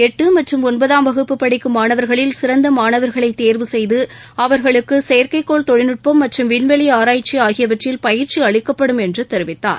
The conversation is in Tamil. எட்டு மற்றும் ஒன்பதாம் வகுப்பு படிக்கும் மாணவர்களில் சிறந்த மாணவர்களை தேர்வு செய்து அவர்களுக்கு செயற்கைக்கோள் தொழில்நுட்பம் மற்றும் விண்வெளி ஆராய்ச்சி ஆகியவற்றில் பயிற்சி அளிக்கப்படும் என்று தெரிவித்தார்